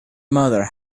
mother